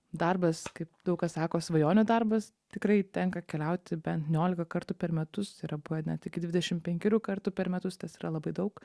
darbas kaip daug kas sako svajonių darbas tikrai tenka keliauti bent niolika kartų per metus yra buvę net iki dvidešim penkerių kartų per metus tas yra labai daug